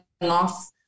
off